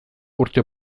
urte